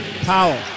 powell